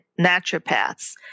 naturopaths